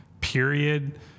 period